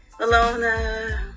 Alona